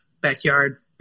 backyard